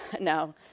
No